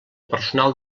personal